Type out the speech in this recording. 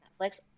Netflix